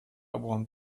want